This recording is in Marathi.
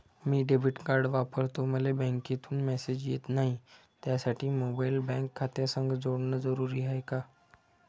मी डेबिट कार्ड वापरतो मले बँकेतून मॅसेज येत नाही, त्यासाठी मोबाईल बँक खात्यासंग जोडनं जरुरी हाय का?